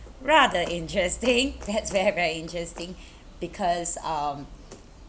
rather interesting that's very very interesting because um